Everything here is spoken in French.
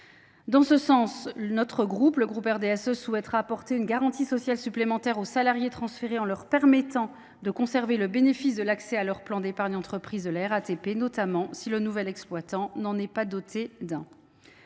préoccupation, notre groupe souhaite apporter une garantie sociale supplémentaire aux salariés transférés en leur permettant de conserver le bénéfice de l’accès au plan d’épargne entreprise de la RATP, notamment si le nouvel exploitant n’en est pas doté d’un.